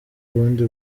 ubundi